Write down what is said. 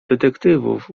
detektywów